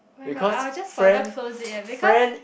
my God I will just forever close it eh because